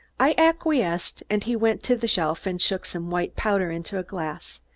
i acquiesced, and he went to the shelf and shook some white powder into a glass.